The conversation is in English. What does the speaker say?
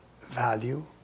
value